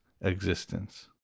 Existence